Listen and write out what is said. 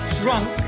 drunk